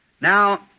Now